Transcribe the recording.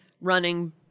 running